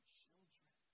children